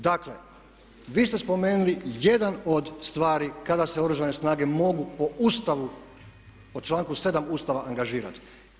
Dakle, vi ste spomenuli jednu od stvari kada se Oružane snage mogu po Ustavu po članku 7. Ustava angažirati.